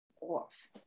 off